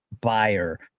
buyer